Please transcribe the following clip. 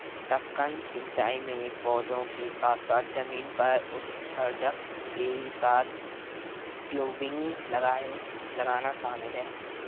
टपकन सिंचाई में पौधों के साथ साथ जमीन पर उत्सर्जक के साथ टयूबिंग लगाना शामिल है